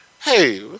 Hey